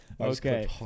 Okay